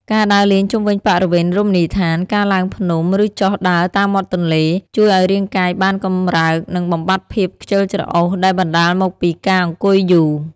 ការដើរលេងជុំវិញបរិវេណរមណីយដ្ឋាន ការឡើងភ្នំឬចុះដើរតាមមាត់ទន្លេ ជួយឲ្យរាងកាយបានកម្រើកនិងបំបាត់ភាពខ្ជិលច្រអូសដែលបណ្តាលមកពីការអង្គុយយូរ។